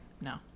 No